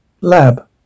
lab